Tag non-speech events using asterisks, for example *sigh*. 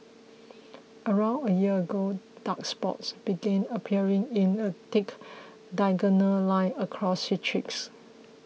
*noise* around a year ago dark spots began appearing in a thick diagonal line across his cheeks